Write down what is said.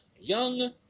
Young